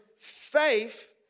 faith